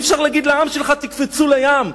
אי-אפשר להגיד לעם שלך: תקפצו לים.